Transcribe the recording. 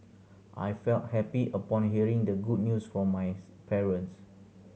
I felt happy upon hearing the good news from my parents